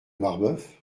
marbeuf